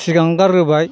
सिगां गारग्रोबाय